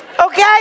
okay